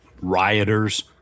rioters